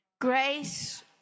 Grace